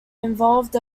involved